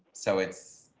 so it's